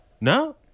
No